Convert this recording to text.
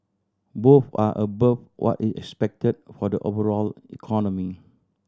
both are above what is expected for the overall economy